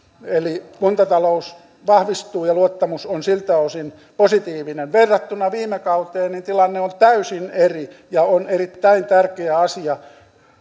eli kuntatalous vahvistuu ja luottamus on siltä osin positiivinen verrattuna viime kauteen tilanne on täysin eri ja se on erittäin tärkeä asia